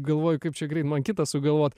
galvoju kaip čia greit man kitą sugalvot